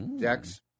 Dex